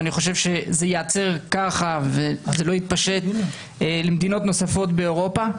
ואני חושב שזה ייעצר ככה וזה לא יתפשט למדינות נוספות באירופה.